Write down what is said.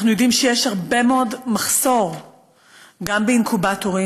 אנחנו יודעים שיש גם מחסור גדול מאוד באינקובטורים,